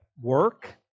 work